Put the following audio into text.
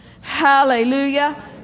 Hallelujah